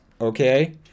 Okay